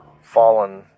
fallen